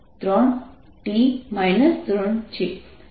અને σ નું પરિમાણ I2ML3T 3 છે